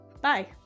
Bye